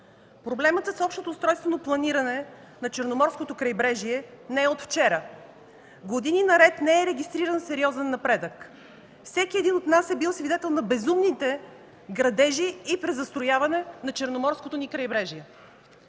Проблемът с общото устройствено планиране на Черноморското крайбрежие не е от вчера. Години наред не е регистриран сериозен напредък. Всеки един от нас е бил свидетел на безумните градежи и презастрояване на Черноморското ни крайбрежие.